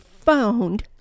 found